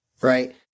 right